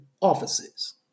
offices